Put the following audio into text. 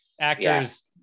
actors